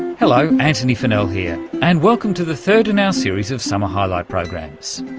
hello antony funnell here and welcome to the third in our series of summer highlights programmes.